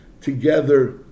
together